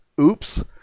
Oops